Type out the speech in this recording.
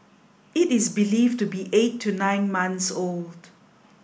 it is believed to be eight to nine months old